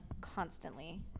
constantly